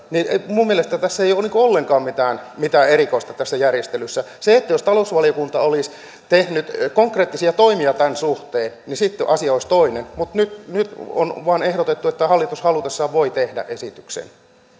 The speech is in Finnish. minun mielestäni ei ole ollenkaan mitään erikoista tässä järjestelyssä jos talousvaliokunta olisi tehnyt konkreettisia toimia tämän suhteen niin sitten asia olisi toinen mutta nyt nyt on vain ehdotettu että hallitus halutessaan voi tehdä esityksen